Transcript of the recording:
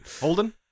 Holden